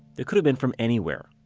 they could have been from anywhere